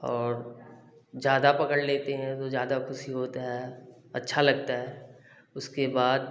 और ज़्यादा पकड़ लेते हैं तो ज़्यादा खुशी होता है अच्छा लगता है उसके बाद